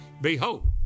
Behold